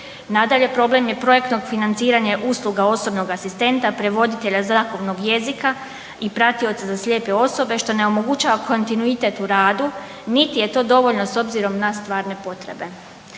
Nadalje, problem je projektnog financiranja usluga osobnog asistenta, prevoditelja znakovnog jezika i pratioca za slijepe osobe što ne omogućava kontinuitet u radu niti je to dovoljno s obzirom na stvarne potrebe.